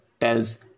tells